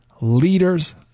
leaders